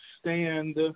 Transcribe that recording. stand